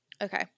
Okay